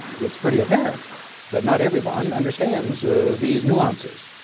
it's pretty apparent that not everyone understands these nuances.